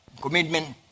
Commitment